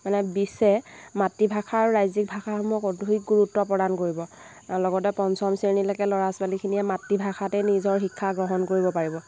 মানে বিছে মাতৃভাষা আৰু ৰাজ্যিক ভাষাসমূহত অধিক গুৰুত্ব প্ৰদান কৰিব লগতে পঞ্চম শ্ৰেণীলৈকে ল'ৰা ছোৱালীখিনিয়ে মাতৃভাষাতে নিজৰ শিক্ষা গ্ৰহণ কৰিব পাৰিব